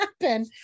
happen